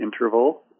interval